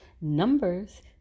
Numbers